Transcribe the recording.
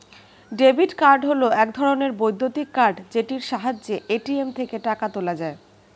debit card হল এক ধরণের বৈদ্যুতিক কার্ড যেটির সাহায্যে এ.টি.এম থেকে টাকা তোলা যায়